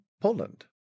Poland